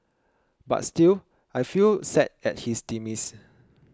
but still I feel sad at his demise